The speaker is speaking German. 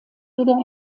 wieder